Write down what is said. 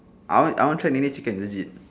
I want I want try Nene chicken legit